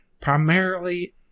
primarily